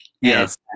Yes